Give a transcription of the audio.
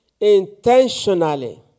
intentionally